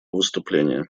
выступление